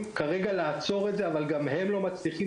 כרגע לעצור את זה אבל גם הם לא מצליחים.